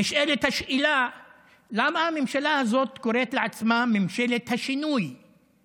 נשאלת השאלה למה הממשלה הזו קוראת עצמה "ממשלת השינוי";